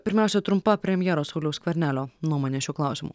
pirmiausia trumpa premjero sauliaus skvernelio nuomonė šiuo klausimu